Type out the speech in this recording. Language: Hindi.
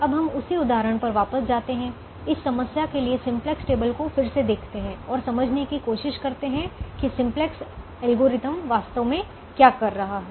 अब हम उसी उदाहरण पर वापस जाते हैं इस समस्या के लिए सिम्प्लेक्स टेबल को फिर से देखते हैं और समझने की कोशिश करते हैं कि सिम्प्लेक्स एल्गोरिथ्म वास्तव में क्या कर रहा है